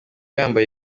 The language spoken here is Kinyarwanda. yambaye